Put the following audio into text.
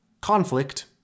conflict